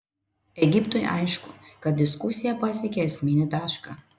egiptui aišku kad diskusija pasiekė esminį tašką